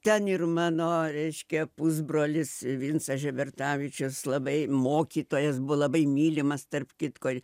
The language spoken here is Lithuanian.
ten ir mano reiškia pusbrolis vincas žebertavičius labai mokytojas buvo labai mylimas tarp kitko